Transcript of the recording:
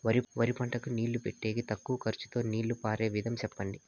వరి పంటకు నీళ్లు పెట్టేకి తక్కువ ఖర్చుతో నీళ్లు పారే విధం చెప్పండి?